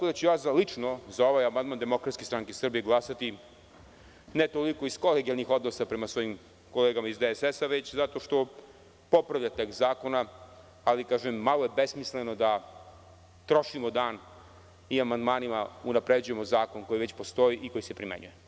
Lično ću za ovaj amandman DSS glasati, ne toliko iz kolegijalnih odnosa prema svojim kolegama iz DSS, već zato što popravlja tekst zakona, ali malo je besmisleno da trošimo dan i amandmanima unapređujemo zakon koji već postoji i koji se primenjuje.